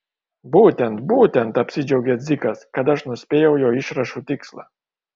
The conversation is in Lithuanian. būtent būtent apsidžiaugė dzikas kad aš nuspėjau jo išrašų tikslą